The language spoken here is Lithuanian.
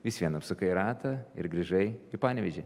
vis vien apsukai ratą ir grįžai į panevėžį